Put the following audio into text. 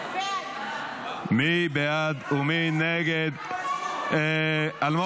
אל תיתן --- קודם כול תטפל בוועדת --- יא חצוף.